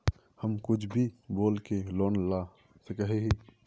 हम कुछ भी बोल के लोन ला सके हिये?